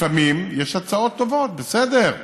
לפעמים יש הצעות טובות, בסדר,